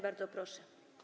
Bardzo proszę.